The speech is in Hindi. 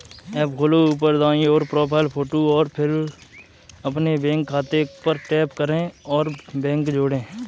ऐप खोलो, ऊपर दाईं ओर, प्रोफ़ाइल फ़ोटो और फिर अपने बैंक खाते पर टैप करें और बैंक जोड़ें